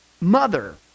mother